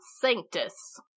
sanctus